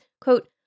quote